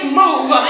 move